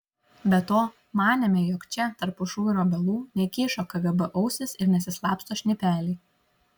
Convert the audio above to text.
be to manėme jog čia tarp pušų ir obelų nekyšo kgb ausys ir nesislapsto šnipeliai